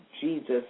Jesus